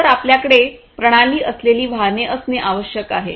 तर आपल्याकडे प्रणाली असलेली वाहने असणे आवश्यक आहे